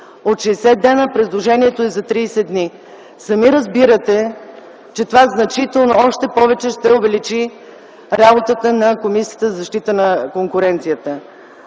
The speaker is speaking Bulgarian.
от 60 дни предложението е за 30 дни. Сами разбирате, че това още повече ще увеличи работата на Комисията за защита на конкуренцията.